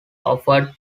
offered